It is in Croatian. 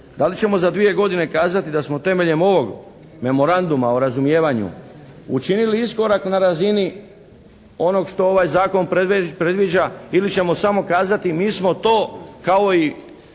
da li ćemo za 2 godine kazati da smo temeljem ovog Memoranduma o razumijevanju učinili iskorak na razini onog što ovaj zakon predviđa ili ćemo samo kazati mi smo to kao i